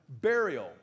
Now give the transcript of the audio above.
burial